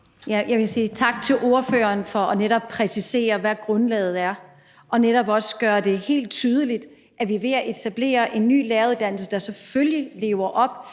Jeg vil sige tak til ordføreren for netop at præcisere, hvad grundlaget er, og netop også gøre det helt tydeligt, at vi er ved at etablere en ny læreruddannelse, der selvfølgelig lever op